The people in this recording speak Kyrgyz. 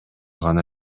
гана